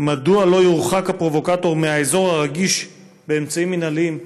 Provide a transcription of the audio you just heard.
מדוע לא יורחק הפרובוקטור מהאזור הרגיש באמצעים מינהליים?